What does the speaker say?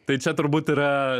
tai čia turbūt yra